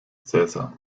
caesar